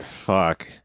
Fuck